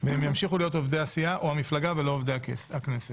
והם ימשיכו להיות עובדי הסיעה או המפלגה ולא עובדי הכנסת.